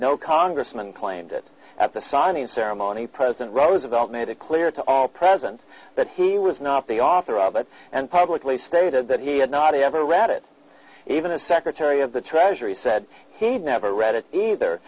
no congressman claimed at the signing ceremony president roosevelt made it clear to all present that he was not the author of it and publicly stated that he had not ever read it even a secretary of the treasury said he'd never read it either